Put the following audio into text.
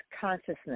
consciousness